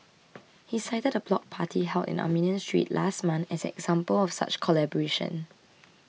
he cited a block party held in Armenian Street last month as an example of such collaboration